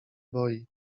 boi